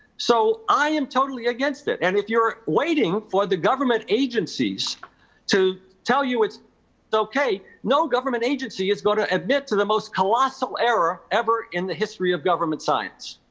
so i am totally against it. and if you're waiting for the government agencies to tell you it's okay, no government agency is gonna admit to the most colossal error ever in the history of government science.